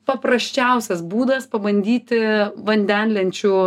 paprasčiausias būdas pabandyti vandenlenčių